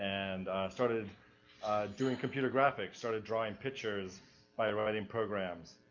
and started doing computer graphics, started drawing pictures by writing programs.